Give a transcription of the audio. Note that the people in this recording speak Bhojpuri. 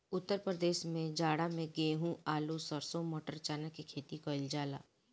उत्तर प्रदेश में जाड़ा में गेंहू, आलू, सरसों, मटर, चना के खेती कईल जाला